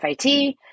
fit